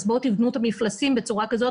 אז בואו תבנו אותה ממפלסים בצורה כזאת